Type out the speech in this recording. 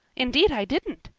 indeed i didn't,